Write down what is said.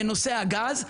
בנושא הגז,